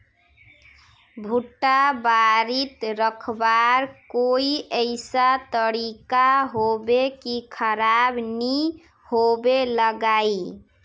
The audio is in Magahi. भुट्टा बारित रखवार कोई ऐसा तरीका होबे की खराब नि होबे लगाई?